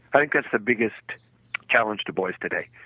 i think that's the biggest challenge to boys today,